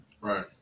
Right